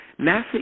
NASA